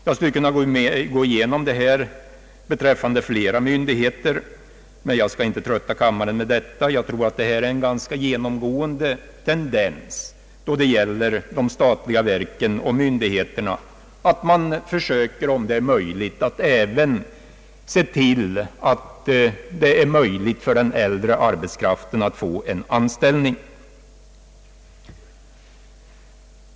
Man skulle kunna gå igenom flera andra myndigheter och finna samma sak, men jag skall inte trötta kammaren med detta. Jag tror att det är en ganska genomgående tendens hos statliga verk och myndigheter att man försöker ge den äldre arbetskraften möjlighet till anställning.